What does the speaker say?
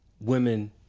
women